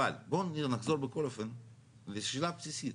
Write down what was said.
אבל בואו נחזור בכל אופן לשאלה בסיסית.